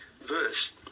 verse